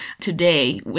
today